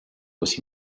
was